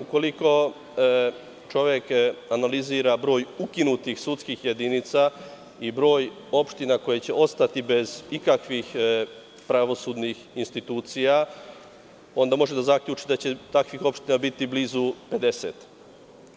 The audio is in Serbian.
Ukoliko čovek analizira broj ukinutih sudskih jedinca i broj opština koje će ostati bez ikakvih pravosudnih institucija, onda možete da zaključite da će takvih opština biti blizu 50,